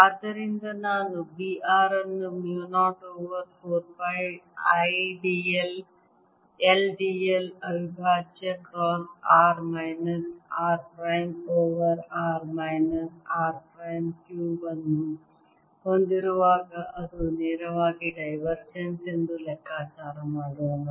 ಆದ್ದರಿಂದ ನಾನು B r ಅನ್ನು mu 0 over 4 pi I d l ಅವಿಭಾಜ್ಯ cross r minus r prime over r minus r prime cube ಅನ್ನು ಹೊಂದಿರುವಾಗ ಅದು ನೇರವಾಗಿ ಡೈವರ್ಜೆನ್ಸ್ ಎಂದು ಲೆಕ್ಕಾಚಾರ ಮಾಡೋಣ